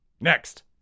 Next